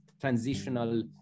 transitional